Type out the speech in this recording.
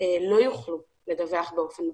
לא יוכלו לדווח באופן מקוון.